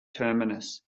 terminus